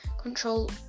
control